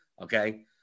Okay